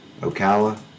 Ocala